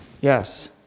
Yes